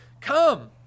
come